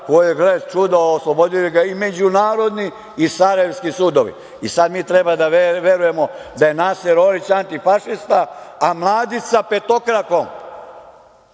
kojeg, gle čudo, oslobodili ga i međunarodni i sarajevski sudovi. Sad mi treba da verujemo da je Naser Orlić antifašista, a Mladić sa petokrakom